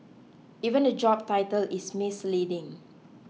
even the job title is misleading